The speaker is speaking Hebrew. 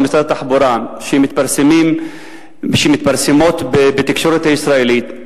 משרד התחבורה שמתפרסמות בתקשורת הישראלית,